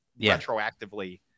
retroactively